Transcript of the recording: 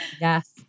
Yes